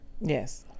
Yes